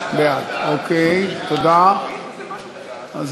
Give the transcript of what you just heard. ההצעה להפוך את הצעת חוק הגנת הפרטיות (תיקון,